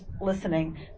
listening